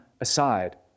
aside